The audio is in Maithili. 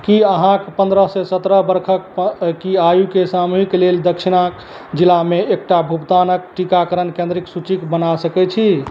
कि अहाँ पनरहसे सतरह बरखक की आयुके सामूहिक लेल दक्षिणके जिलामे एकटा भुगतानक टीकाकरण केन्द्रके सूचि बना सकै छी